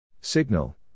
Signal